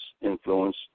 influence